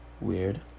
Weird